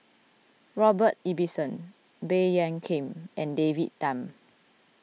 Robert Ibbetson Baey Yam Keng and David Tham